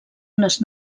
unes